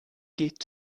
geht